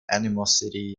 animosity